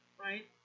Right